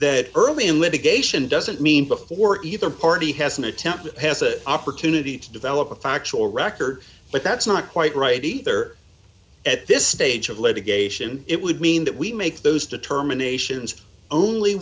that early in litigation doesn't mean before either party has an attempt has an opportunity to develop a factual record but that's not quite right either at this stage of litigation it would mean that we make those determinations only